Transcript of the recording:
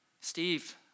Steve